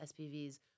SPVs